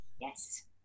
yes